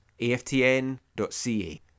AFTN.ca